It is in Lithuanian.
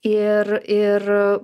ir ir